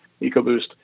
EcoBoost